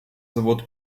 завод